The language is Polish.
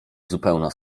zupełna